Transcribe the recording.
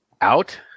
out